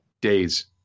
days